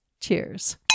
Cheers